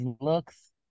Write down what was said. looks